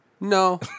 No